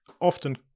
often